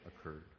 occurred